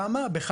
חמ"ע (חבר המדינות העצמאיות).